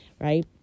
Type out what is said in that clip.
right